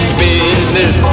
business